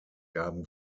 gaben